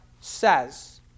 says